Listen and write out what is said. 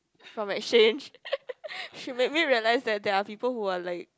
from exchange she made me realise that there are people who are like